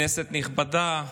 כנסת נכבדה.